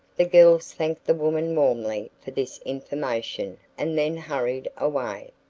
the girls thanked the woman warmly for this information and then hurried away.